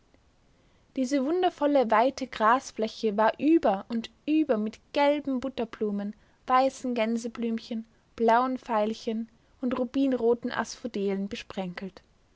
diese wundervolle weite grasfläche war über und über mit gelben butterblumen weißen gänseblümchen blauen veilchen und rubinroten asphodelen besprenkelt